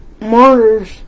martyrs